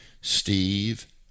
Steve